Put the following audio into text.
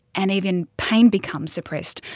and even pain becomes suppressed,